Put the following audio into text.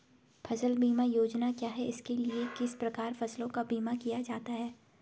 फ़सल बीमा योजना क्या है इसके लिए किस प्रकार फसलों का बीमा किया जाता है?